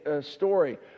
story